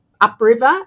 upriver